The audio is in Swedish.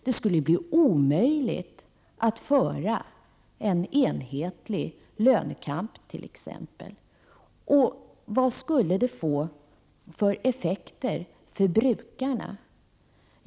Det skulle ju bli omöjligt att föra en enhetlig lönekamp, t.ex. Och vad skulle det få för effekter för brukarna?